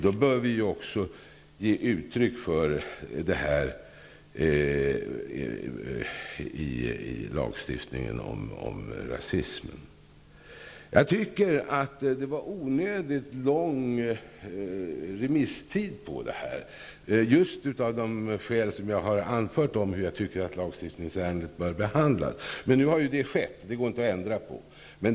Då bör vi också ge uttryck för det i lagstiftningen om rasim. Jag tycker att remisstiden var onödigt lång, mot bakgrund av det jag anfört om hur jag menar att lagstiftningsärendet bör behandlas. Nu har det skett. Det går inte att ändra på.